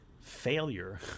failure